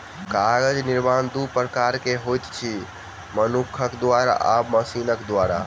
कागज निर्माण दू प्रकार सॅ होइत अछि, मनुखक द्वारा आ मशीनक द्वारा